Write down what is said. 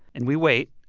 and we wait.